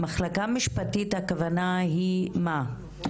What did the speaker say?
מחלקה משפטית - הכוונה היא למה?